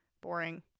Boring